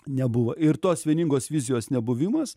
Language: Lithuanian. nebuvo ir tos vieningos vizijos nebuvimas